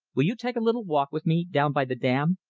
will you take a little walk with me down by the dam.